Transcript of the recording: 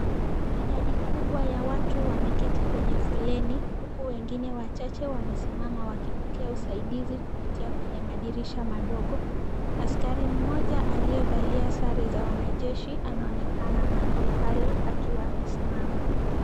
Idadi kubwa ya watu wameketi kwenye foleni huku wengine wachache wamesimama wakipokea usaidizi kupitia kwenye madirisha madogo. Askari mmoja aliyevalia sare za wanajeshi anaonekana mahali pale akiwa amesimama.